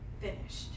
finished